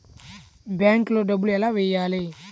బ్యాంక్లో డబ్బులు ఎలా వెయ్యాలి?